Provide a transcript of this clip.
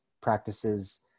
practices